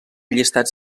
llistats